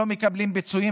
לא מקבלים פיצויים,